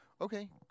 Okay